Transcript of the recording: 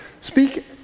Speak